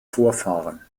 vorfahren